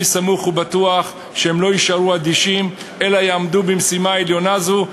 אני סמוך ובטוח שהם לא יישארו אדישים אלא יעמדו במשימה עליונה זו,